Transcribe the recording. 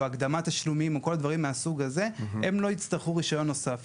הקדמת תשלומים או כל מיני דברים מהסוג הזה לא מצריך רישיון נוסף.